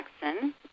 Jackson